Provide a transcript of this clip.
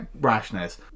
rashness